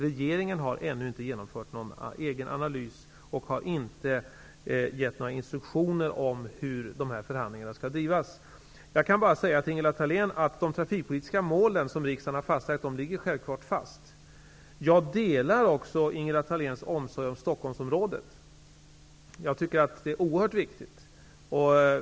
Regeringen har ännu inte genomfört någon egen analys och har inte gett några instruktioner om hur förhandlingarna skall drivas. Jag vill bara säga till Ingela Thalén att de trafikpolitiska mål som riksdagen har antagit självfallet ligger fast. Jag delar också Ingela Thaléns omsorg om Stockholmsområdet, som är oerhört viktigt.